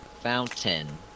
Fountain